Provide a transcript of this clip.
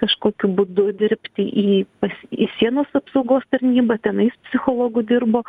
kažkokiu būdu dirbti į pas į sienos apsaugos tarnybą tenais psichologu dirbo